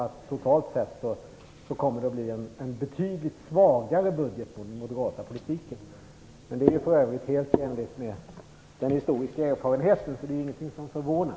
Totalt sett kommer det alltså att bli en betydligt svagare budget med den moderata politiken. Men det är för övrigt helt i enlighet med den historiska erfarenheten, så det är ju ingenting som förvånar.